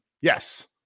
Yes